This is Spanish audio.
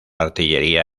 artillería